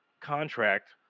contract